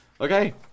Okay